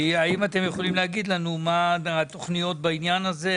האם אתם יכולים להגיד לנו מה התכניות בעניין הזה?